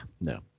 no